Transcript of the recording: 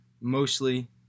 mostly